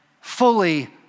fully